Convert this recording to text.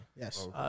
Yes